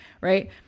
right